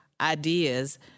ideas